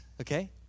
Okay